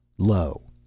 lo!